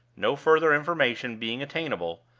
no further information being attainable,